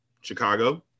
Chicago